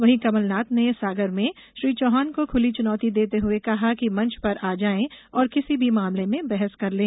वहीं कमलनाथ ने सागर में श्री चौहान को खुली चुनौती देते हुए कहा कि मंच पर आ जाएं और किसी भी मामले में बहस कर लें